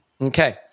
Okay